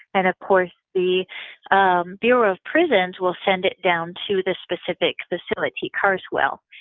and of course the um bureau of prisons will send it down to this specific facility, carswell,